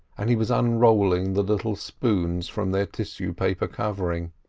and he was unrolling the little spoons from their tissue-paper covering.